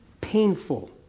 painful